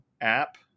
app